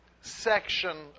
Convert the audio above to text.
section